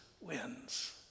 wins